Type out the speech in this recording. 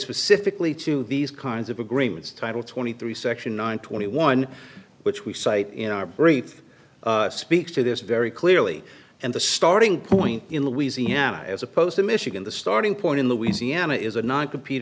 specifically to these kinds of agreements title twenty three section nine twenty one which we cite in our brief speaks to this very clearly and the starting point in louisiana as opposed to michigan the starting point in the e c m is a not compete